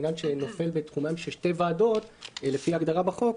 עניין שנופל בתחומן של שתי ועדות לפי ההגדרה בחוק,